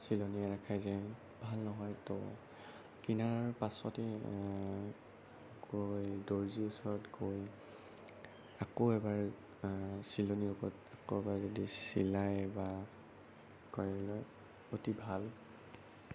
চিলনি এৰ খাই যায় ভাল নহয় তো কিনাৰ পাছতে গৈ দৰ্জীৰ ওচৰত গৈ আকৌ এবাৰ চিলনিৰ ওপৰত আকৌ এবাৰ যদি চিলাই বা কৰাই লয় অতি ভাল